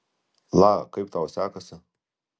la kaip tau sekasi